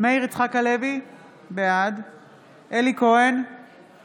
מאיר יצחק הלוי, בעד אלי כהן, נגד מאיר כהן,